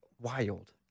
wild